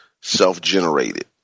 self-generated